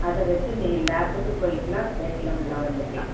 அதை வச்சி நீ லபுக்கு போயிக்கலா கேட்டில் உள்ளே வந்துக்கலாம்